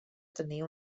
tenir